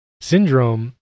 Syndrome